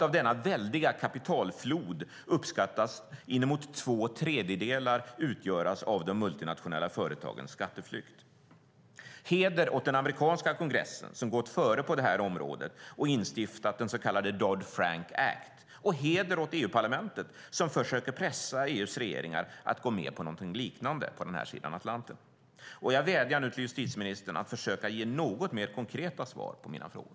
Av denna väldiga kapitalflod uppskattas inemot två tredjedelar utgöras av de multinationella företagens skatteflykt. Heder åt den amerikanska kongressen, som gått före på det här området och instiftat den så kallade Dodd-Frank Act. Heder också åt EU-parlamentet, som försöker pressa EU:s regeringar att gå med på någonting liknande på den här sidan Atlanten. Jag vädjar nu till justitieministern att försöka ge något mer konkreta svar på mina frågor.